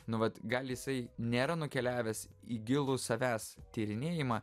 nu vat gal jisai nėra nukeliavęs į gilų savęs tyrinėjimą